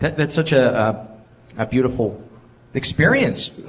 that's such a ah ah beautiful experience,